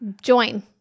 join